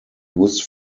used